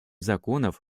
законов